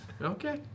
Okay